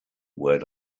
word